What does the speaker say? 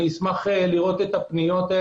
אשמח לראות את הפניות.